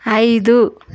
ఐదు